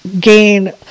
gain